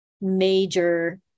major